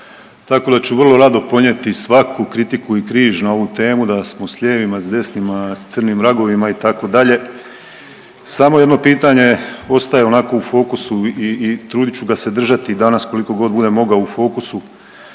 tako da ću vrlo rado ponijeti svaku kritiku i križ na ovu temu da smo s lijevima, s desnima, s crnim vragovima, itd., samo jedno pitanje ostaje onako u fokusu i trudit ću ga se držati i danas koliko god budem mogao u fokusu,